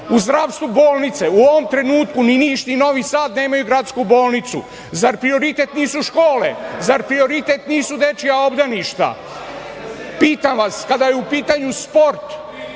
u zdravstvu bolnice? U ovom trenutku ni Niš ni Novi Sad nemaju gradsku bolnicu. Zar prioritet nisu škole? Zar prioritet nisu dečija obdaništa? Pitam vas kada je u pitanju sport,